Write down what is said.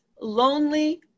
lonely